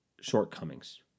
shortcomings